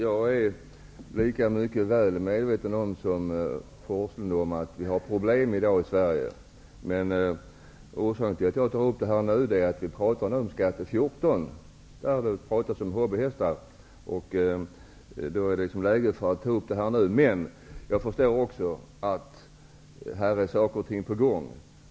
Herr talman! Jag är lika medveten som Bo Forslund om att vi i Sverige i dag har problem. Orsaken till att jag tar upp frågan nu är att vi behandlar skatteutskottets betänkande nr 14, där det talas om bl.a. hobbyhästar. Således är det läge att ta upp frågan i den här debatten. Men jag förstår samtidigt att saker och ting är på gång.